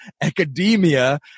academia